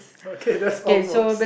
okay that all works